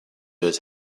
his